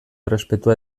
errespetua